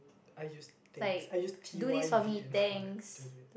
I used thanks I used T_Y_V_M